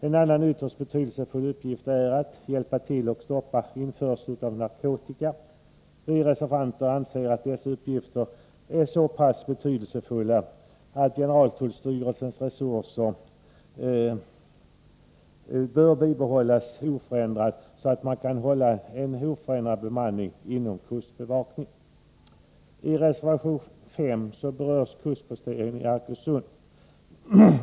En annan ytterst betydelsefull uppgift är att hjälpa till med att stoppa införsel av narkotika. Vi reservanter anser att dessa uppgifter är så viktiga att generaltullstyrelsen bör få resurser som möjliggör en oförändrad bemanning inom kustbevakningen. I reservation 3 berörs kustposteringen i Arkösund.